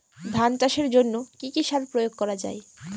ধান চাষের জন্য কি কি সার প্রয়োগ করা য়ায়?